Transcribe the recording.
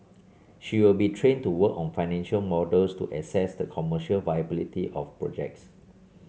she will be trained to work on financial models to assess the commercial viability of projects